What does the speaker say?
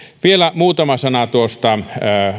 vielä muutama sana tuosta